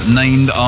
named